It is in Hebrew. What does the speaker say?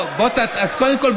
אז קודם כול,